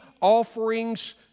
offerings